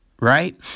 right